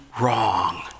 wrong